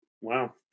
Wow